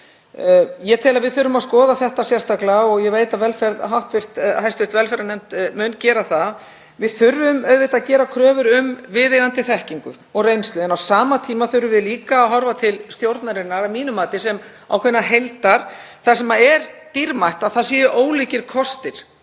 Ég tel að við þurfum að skoða þetta sérstaklega og ég veit að hv. velferðarnefnd mun gera það. Við þurfum auðvitað að gera kröfur um viðeigandi þekkingu og reynslu en á sama tíma þurfum við líka að horfa til stjórnarinnar, að mínu mati, sem ákveðinnar heildar þar sem er dýrmætt að ólíkir kostir,